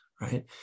right